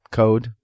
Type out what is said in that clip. code